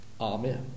Amen